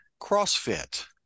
CrossFit